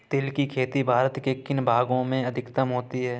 तिल की खेती भारत के किन भागों में अधिकतम होती है?